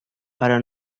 però